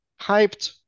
hyped